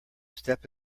step